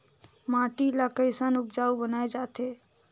माटी ला कैसन उपजाऊ बनाय जाथे?